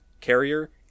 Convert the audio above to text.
carrier